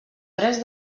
tres